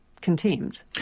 contempt